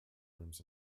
rooms